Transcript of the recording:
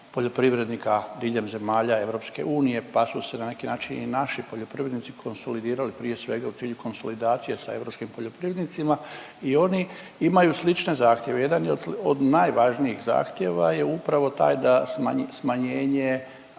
poljoprivrednika diljem zemalja EU pa su se na neki način i naši poljoprivrednici konsolidirali prije svega u cilju konsolidacije sa europskim poljoprivrednicima i oni imaju slične zahtjeve. Jedan je od najvažnijih zahtjeva je upravo taj da smanjenje